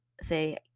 say